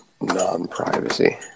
non-privacy